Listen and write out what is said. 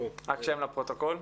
שם לפרוטוקול.